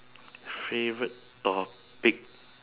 favourite topic